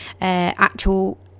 actual